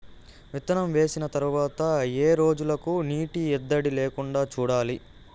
విత్తనం వేసిన తర్వాత ఏ రోజులకు నీటి ఎద్దడి లేకుండా చూడాలి?